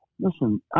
Listen